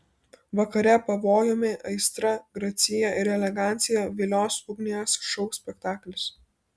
vakare pavojumi aistra gracija ir elegancija vilios ugnies šou spektaklis